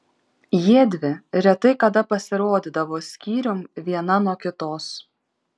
jiedvi retai kada pasirodydavo skyrium viena nuo kitos